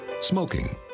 Smoking